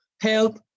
help